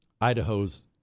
Idaho's